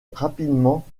rapidement